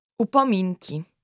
upominki